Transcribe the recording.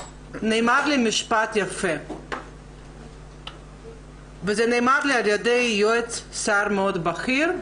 נאמר לי משפט יפה על ידי יועץ שר מאוד בכיר,